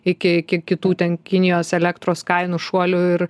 iki ki kitų ten kinijos elektros kainų šuolių ir